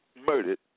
murdered